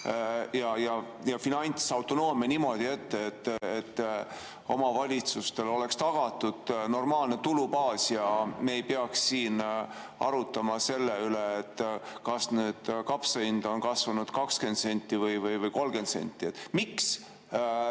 ja finantsautonoomia niimoodi ette, et omavalitsustele oleks tagatud normaalne tulubaas ja me ei peaks siin arutama selle üle, kas kapsa hind on tõusnud 20 senti või 30 senti?